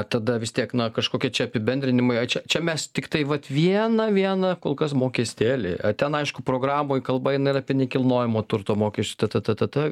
tada vis tiek na kažkoki čia apibendrinimai čia čia mes tiktai vat vieną vieną kol kas mokestėlį ten aišku programoj kalba eina ir apie nekilnojamo turto mokesčių tatatatata